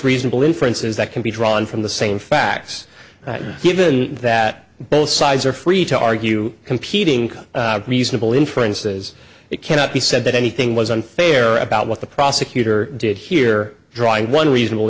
reasonable inferences that can be drawn from the same facts given that both sides are free to argue competing reasonable inferences it cannot be said that anything was unfair about what the prosecutor did here drawing one reasonable